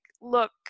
look